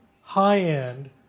high-end